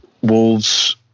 Wolves